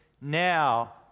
now